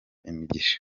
imigisha